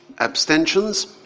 Abstentions